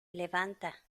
levanta